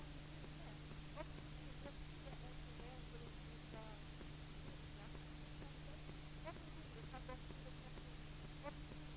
Det är utveckling.